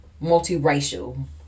multi-racial